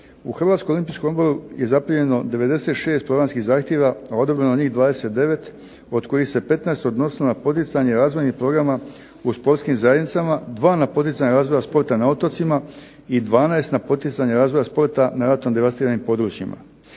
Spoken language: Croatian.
u Hrvatskom olimpijskom odboru je zaprimljeno 96 programskih zahtjeva a odabrano njih 29, od kojih se 15 odnosilo na poticanje razvojnih programa u sportskim zajednicama, dva na poticanje razvoja sporta na otocima, i 12 na poticanje razvoja sporta na ratom devastiranim područjima.